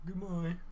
goodbye